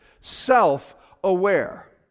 self-aware